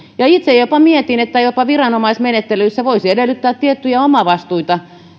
itse jopa mietin että jopa viranomaismenettelyissä voisi edellyttää tiettyjä omavastuita